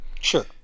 Sure